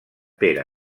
pere